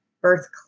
birth